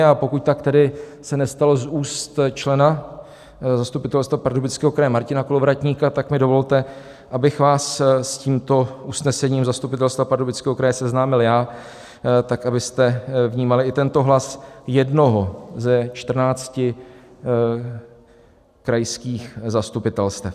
A pokud se tak nestalo z úst člena zastupitelstva Pardubického kraje Martina Kolovratníka, tak mi dovolte, abych vás s tímto usnesením zastupitelstva Pardubického kraje seznámil já, abyste vnímali i tento hlas jednoho ze 14 krajských zastupitelstev.